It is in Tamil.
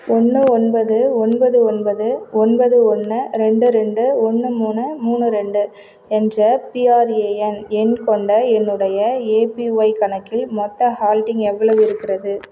ஒன்னு ஒன்பது ஒன்பது ஒன்பது ஒன்பது ஒன்று ரெண்டு ரெண்டு ஒன்று மூணு மூணு ரெண்டு என்ற பிஆர்ஏஎன் எண் கொண்ட என்னுடைய ஏபிஒய் கணக்கில் மொத்த ஹோல்டிங் எவ்வளவு இருக்கிறது